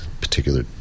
particular